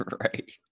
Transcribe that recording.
Right